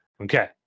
Okay